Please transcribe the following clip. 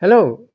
hello